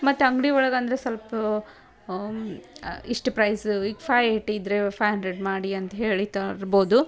ಮತ್ತು ಅಂಗಡಿ ಒಳಗೆ ಅಂದರೆ ಸ್ವಲ್ಪ ಇಷ್ಟು ಪ್ರೈಸ ಈಗ ಫೈವ್ ಏಯ್ಟಿ ಇದ್ದರೆ ಫೈವ್ ಹಂಡ್ರೆಡ್ ಮಾಡಿ ಅಂತ ಹೇಳಿ ತರ್ಬೋದು